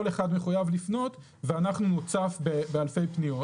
אחד מחויב לפנות ואנחנו נוצף באלפי פניות.